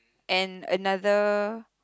and another